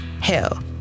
Hell